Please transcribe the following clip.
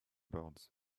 boards